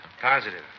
Positive